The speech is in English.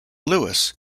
louis